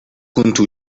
كنت